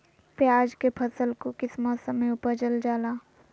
प्याज के फसल को किस मौसम में उपजल जाला?